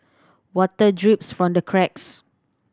water drips from the cracks